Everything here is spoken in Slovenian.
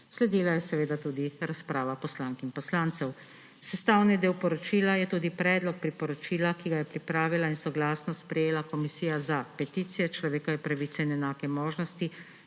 Sledila je tudi razprava poslank in poslancev. Sestavni del poročila je tudi predlog priporočila, ki ga je pripravila in soglasno sprejela Komisija za peticije, človekove pravice in enake možnosti